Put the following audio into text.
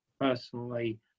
personally